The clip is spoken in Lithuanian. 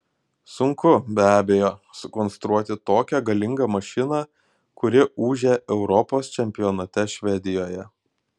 sunku be abejo sukonstruoti tokią galingą mašiną kuri ūžė europos čempionate švedijoje